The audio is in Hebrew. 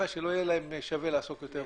שלא יהיה להם שווה לעסוק יותר בפשע.